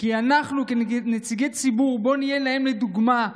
אנחנו, כנציגי ציבור, בואו נהיה להם לדוגמה,